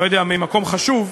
לא יודע, ממקום חשוב,